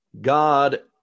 God